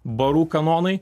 barų kanonai